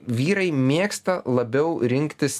vyrai mėgsta labiau rinktis